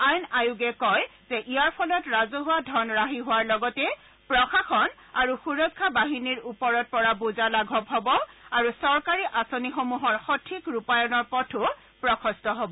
আইন আয়োগে কয় যে ইয়াৰ ফলত ৰাজহুৱা ধন ৰাহি হোৱাৰ লগতে প্ৰশাসন আৰু সুৰক্ষা বাহিনীৰ ওপৰত পৰা বোজা লাঘৱ হ'ব আৰু চৰকাৰী আঁচনিসমূহৰ সঠিক ৰূপায়ণৰ পথো প্ৰশস্ত হব